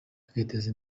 bakiteza